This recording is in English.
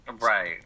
Right